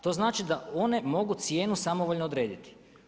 To znači da one mogu cijenu samovoljno odrediti.